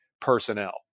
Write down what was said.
Personnel